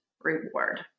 reward